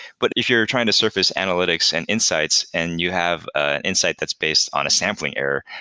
but if you're trying to surface analytics and insights and you have an insight that's based on a sampling error,